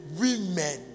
women